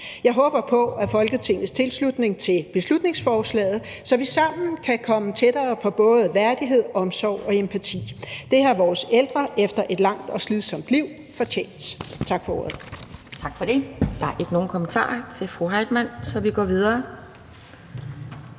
jeg håber på Folketingets tilslutning til beslutningsforslaget, så vi sammen kan komme tættere på både værdighed, omsorg og empati. Det har vores ældre efter et langt og slidsomt liv fortjent. Tak for ordet.